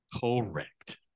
Correct